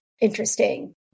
interesting